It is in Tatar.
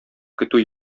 көтү